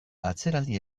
atzeraldi